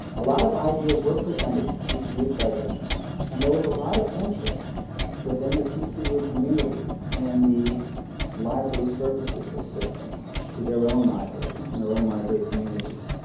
a lot of ideas were presented to tcu presidents and there was a lot of interest within the tcu community and the library services assistance to their own libraries and their own library communities.